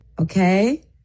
Okay